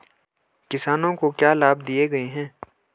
किसानों को क्या लाभ दिए गए हैं?